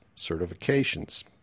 certifications